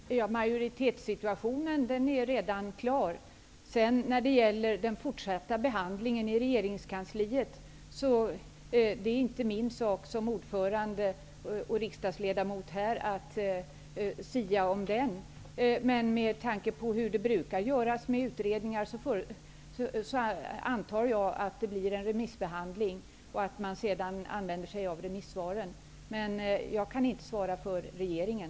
Fru Talman! Majoritetssituationen är redan klar. Den fortsatta behandlingen i regeringskansliet är det inte min sak som ordförande i kommittén och som riksdagsledamot att sia om. Med tanke på hur det brukar göras med utredningar antar jag att det blir en remissbehandling och att man sedan använder sig av remissvaren. Men jag kan inte svara för regeringen.